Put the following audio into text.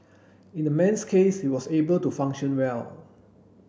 in the man's case he was able to function well